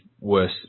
worse